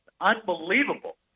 unbelievable